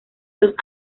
dos